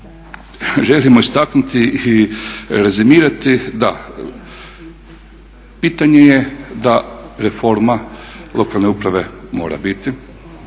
želimo istaknuti i rezimirati, da pitanje je da reforma lokalne uprave mora biti,